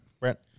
Brent